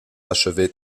achever